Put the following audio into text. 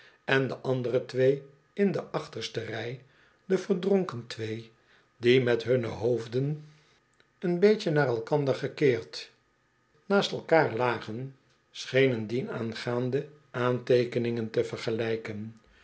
en de andere twee in de achterste rij de verdronken twee die met hunne hoofden een beetje naar elkander gekeerd naast elkaar lagen schenen dienaangaande aanteokeningen te vergelijken